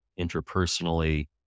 interpersonally